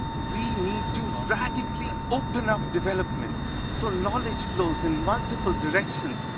we need to radically open up development so knowledge flows in multiple directions,